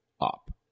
up